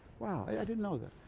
wow, i didn't know that.